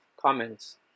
comments